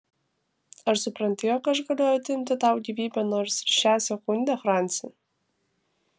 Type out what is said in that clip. ar supranti jog aš galiu atimti tau gyvybę nors ir šią sekundę franci